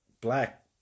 black